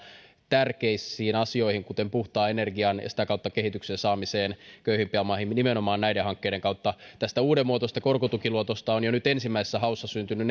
tärkeisiin asioihin kuten puhtaan energian ja sitä kautta kehityksen saamiseen köyhimpiin maihin nimenomaan näiden hankkeiden kautta tästä uudenmuotoisesta korkotukiluotosta on jo nyt ensimmäisessä haussa syntynyt